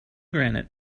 granite